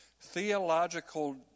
theological